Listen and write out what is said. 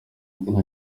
nka